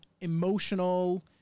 emotional